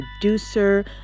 Producer